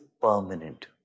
permanent